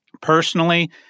personally